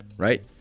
Right